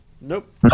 Nope